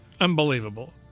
unbelievable